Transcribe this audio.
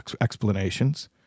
explanations